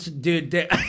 Dude